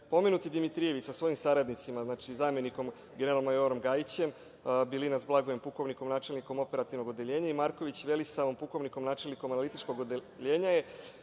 Pomenuti Dimitrijević sa svojim saradnicima, zamenikom generalom majorom Gajićem, Bilinac Blagojem, pukovnikom načelnikom operativnog odeljenja, Marković Velisavom, pukovnikom načelnikom analitičkog odeljenja i